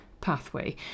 pathway